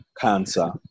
Cancer